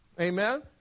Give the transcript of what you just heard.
Amen